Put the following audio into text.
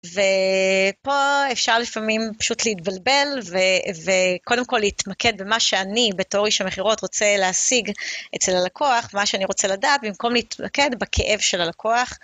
ופה אפשר לפעמים פשוט להתבלבל וקודם כל להתמקד במה שאני, בתור איש המכירות רוצה להשיג אצל הלקוח, מה שאני רוצה לדעת, במקום להתמקד בכאב של הלקוח.